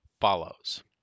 follows